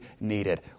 needed